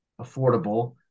affordable